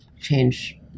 change